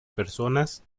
personas